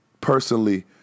personally